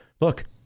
Look